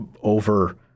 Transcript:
over